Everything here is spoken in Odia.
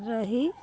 ରହି